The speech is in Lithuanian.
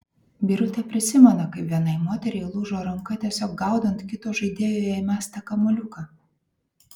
birutė prisimena kaip vienai moteriai lūžo ranka tiesiog gaudant kito žaidėjo jai mestą kamuoliuką